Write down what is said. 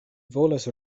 volas